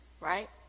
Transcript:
right